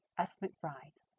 s. mcbride.